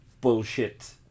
bullshit